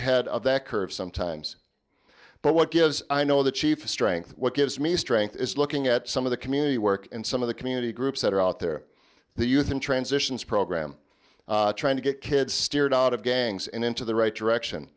ahead of that curve sometimes but what gives i know the chief strength what gives me strength is looking at some of the community work and some of the community groups that are out there the youth in transitions program trying to get kids steered out of gangs and into the right direction